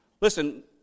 Listen